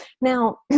now